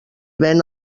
ven